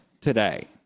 today